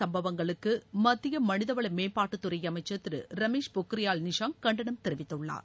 சும்பவங்களுக்கு மத்திய மனித வள மேம்பாட்டுத்துறை அமைச்சர் திரு ரமேஷ் பொக்கிரியால் நிஷாங் கண்டனம் தெரிவித்துள்ளார்